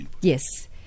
Yes